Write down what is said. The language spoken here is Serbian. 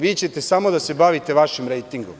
Vi ćete samo da se bavite vašim rejtingom.